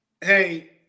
hey